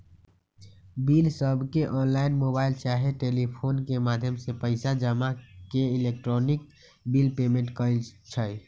बिलसबके online, mobile चाहे telephone के माध्यम से पइसा जमा के इलेक्ट्रॉनिक बिल पेमेंट कहई छै